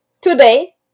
today